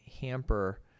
hamper